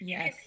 Yes